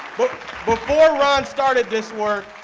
but before ron started this work,